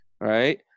Right